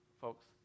folks